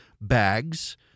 bags—